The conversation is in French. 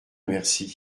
merci